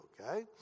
Okay